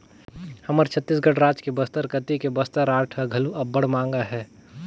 हमर छत्तीसगढ़ राज के बस्तर कती के बस्तर आर्ट ह घलो अब्बड़ मांग अहे